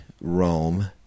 Rome